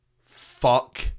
Fuck